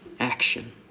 Action